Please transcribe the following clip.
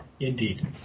Indeed